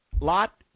lot